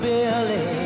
Billy